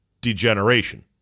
degeneration